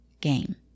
game